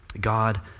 God